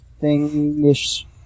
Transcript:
thing-ish